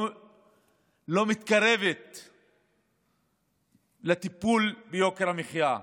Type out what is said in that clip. לא מתקרבת לטיפול ביוקר המחיה.